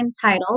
Title